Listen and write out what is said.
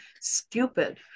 stupid